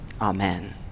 Amen